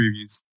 previews